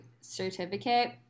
certificate